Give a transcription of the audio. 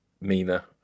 Mina